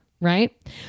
right